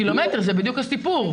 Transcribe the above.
קילומטר, זה בדיוק הסיפור.